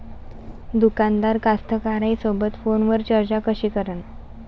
दुकानदार कास्तकाराइसोबत फोनवर चर्चा कशी करन?